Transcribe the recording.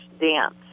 dance